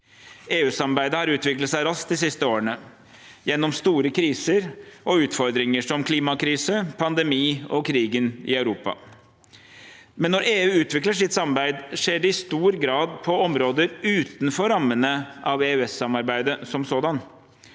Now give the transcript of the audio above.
EU-samarbeidet har utviklet seg raskt de siste årene, gjennom store kriser og utfordringer som klimakrise, pandemi og krigen i Europa. Når EU utvikler sitt samarbeid, skjer det imidlertid i stor grad på områder utenfor rammene av EØS-samarbeidet som sådan.